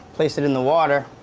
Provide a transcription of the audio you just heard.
place it in the water.